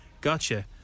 gotcha